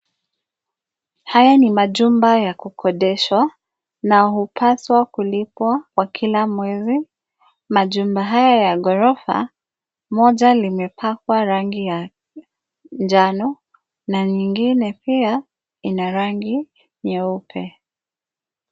Haya ni majumba ya kukodeshwa na hupaswa kulipwa kwa kila mwezi. Majumba haya ya ghorofa, moja limepakwa rangi ya njano na nyingine pia ina rangi nyeupe.